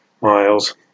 miles